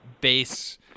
base